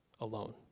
alone